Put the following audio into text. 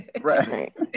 Right